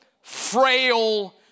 frail